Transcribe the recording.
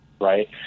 right